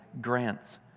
grants